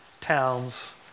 towns